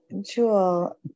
Jewel